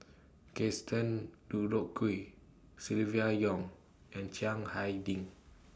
Gaston Dutronquoy Silvia Yong and Chiang Hai Ding